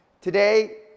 Today